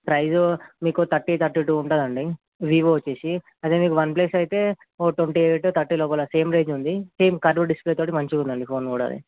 price మీకు thirty thirty two ఉంటుంది అండి వివో వచ్చేసి అదే మీకు వన్ప్లస్ అయితే ఓ ట్వంటీ ఎయిట్ థర్టీ లోపల సేమ్ రేంజ్ ఉంది సేమ్ కర్వుడ్ డిస్ప్లేతో మంచిగా ఉంది అండి ఫోన్ కూడా అది